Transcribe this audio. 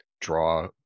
draw